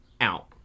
out